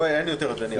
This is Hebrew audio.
אין יותר ידני.